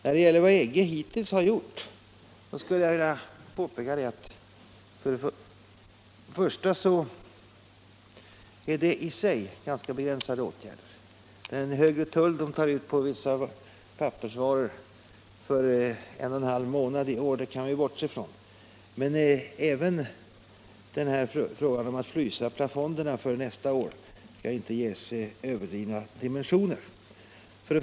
När det gäller vad EG hittills har gjort skulle jag för det första vilja påpeka att det i sig är fråga om ganska begränsade åtgärder från det hållet. Den högre tull EG tar ut på vissa pappersvaror under en och en halv månad i år kan vi bortse från. Men inte heller frågan om att frysa plafonderna för nästa år skall ges överdrivna dimensioner.